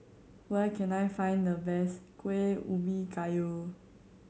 where can I find the best Kuih Ubi Kayu